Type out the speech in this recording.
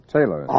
Taylor